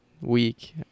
week